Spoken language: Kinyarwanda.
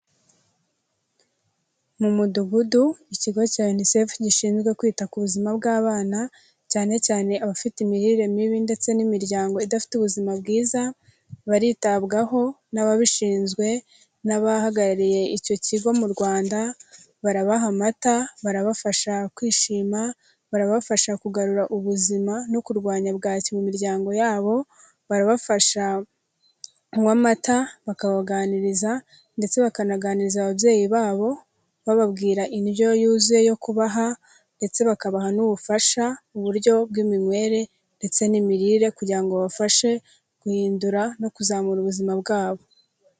Mu mudugudu ikigo cya unicef gishinzwe kwita ku buzima bw'abana cyane cyane abafite imirire mibi ndetse n'imiryango idafite ubuzima bwiza baritabwaho n'ababishinzwe n'abahagarariye icyo kigo mu Rwanda, barabaha amata, barabafasha kwishima, barabafasha kugarura ubuzima no kurwanya bwaki mu miryango yabo, barabafasha kunywa amata bakabaganiriza ndetse bakanaganiriza ababyeyi babo bababwira indyo yuzuye yo kubaha ndetse bakabaha n'ubufasha uburyo bw'iminywere ndetse n'imirire kugira ngo babafashe guhindura no kuzamura ubuzima bwabo.